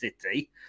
City